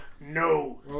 no